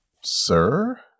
Sir